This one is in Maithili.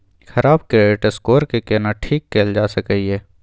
खराब क्रेडिट स्कोर के केना ठीक कैल जा सकै ये?